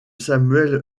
samuel